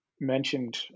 mentioned